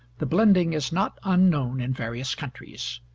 the blending is not unknown in various countries.